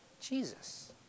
Jesus